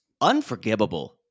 unforgivable